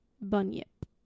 bunyip